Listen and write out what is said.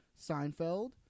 Seinfeld